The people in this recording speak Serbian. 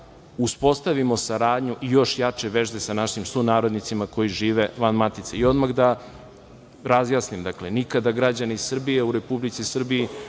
uspostavimo saradnju i još jače veze sa našim sunarodnicima koji žive van matice. Odmah da razjasnimo, nikada građani Republike Srbije